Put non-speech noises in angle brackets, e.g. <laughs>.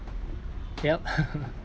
yup <laughs>